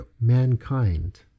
mankind